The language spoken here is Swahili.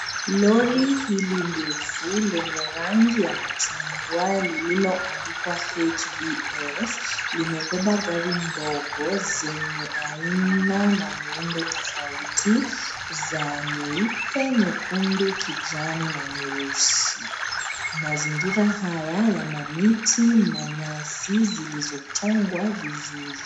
Lori hili ndefu lenye rangi ya machungwa, lililoandikwa HVS,limebeba gari ndogo zenye aina na muundo tofauti, za nyeupe, nyekundu, kijani na nyeusi. Mazingira haya yana miti na nyasi zilizochongwa vizuri.